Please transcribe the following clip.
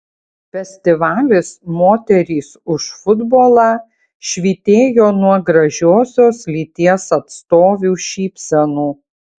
festivalis moterys už futbolą švytėjo nuo gražiosios lyties atstovių šypsenų